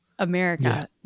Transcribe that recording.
america